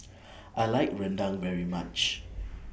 I like Rendang very much